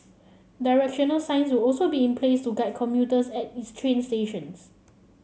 directional signs will also be in place to guide commuters at its train stations